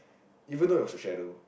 even though it was a shadow